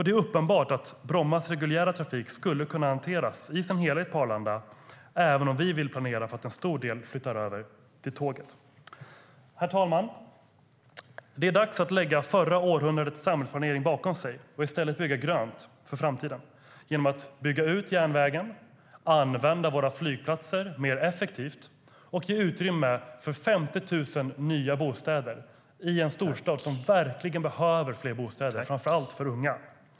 Det är uppenbart att Brommas reguljära trafik skulle kunna hanteras i sin helhet på Arlanda, även om vi vill planera för att en stor del flyttar över till tåget. Herr talman! Det är dags att lägga förra århundradets samhällsplanering bakom sig och i stället bygga grönt för framtiden genom att bygga ut järnvägen, använda våra flygplatser mer effektivt och ge utrymme för 50 000 nya bostäder i en storstad som verkligen behöver fler bostäder - framför allt för unga.